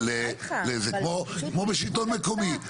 כמו בשלטון מקומי.